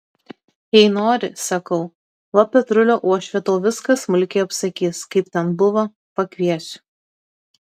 jei nori sakau va petrulio uošvė tau viską smulkiai apsakys kaip ten buvo pakviesiu